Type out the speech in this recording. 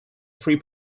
free